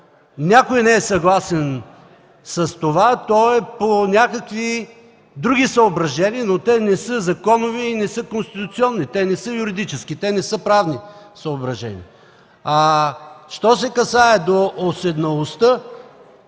някой не е съгласен с това, то е по някакви други съображения, но те не са законови и конституционни, те не са юридически, не са правни съображения. Що се касае до уседналостта,